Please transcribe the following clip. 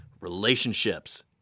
relationships